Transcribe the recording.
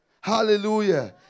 Hallelujah